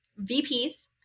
VPs